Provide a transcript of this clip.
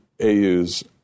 AU's